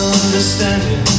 understanding